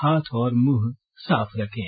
हाथ और मुंह साफ रखें